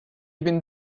bin